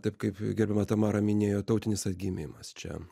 taip kaip gerbiama tamara minėjo tautinis atgimimas čia